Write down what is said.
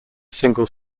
single